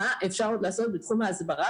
מה אפשר עוד לעשות בתחום ההסברה